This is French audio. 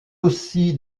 aussi